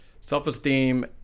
Self-esteem